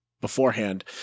beforehand